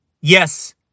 Yes